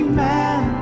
man